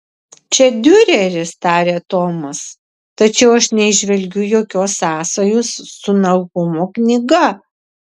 čia diureris tarė tomas tačiau aš neįžvelgiu jokios sąsajos su nahumo knyga